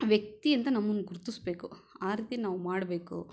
ವ್ಯಕ್ತಿ ಅಂತ ನಮ್ಮನ್ನು ಗುರುತಿಸಬೇಕು ಆ ರೀತಿ ನಾವು ಮಾಡಬೇಕು